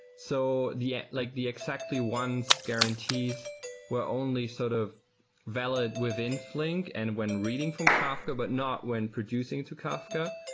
so the like the exactly once guarantees will only sort of valid within flink and when reading from kafka, but not when producing to kafka,